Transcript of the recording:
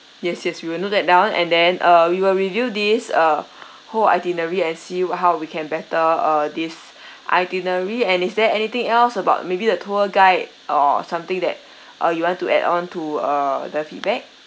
yes yes we will note that down and then uh we will review this uh whole itinerary and see wh~ how we can better uh this itinerary and is there anything else about maybe the tour guide or something that uh you want to add on to err the feedback